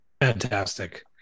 Fantastic